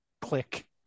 click